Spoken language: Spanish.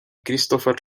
christopher